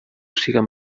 siguen